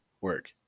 work